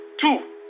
Two